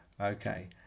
okay